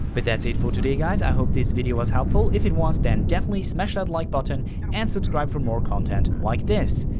but that's it for today guys i hope this video was helpful if it was then definitely smash that ah like button and subscribe for more content like this!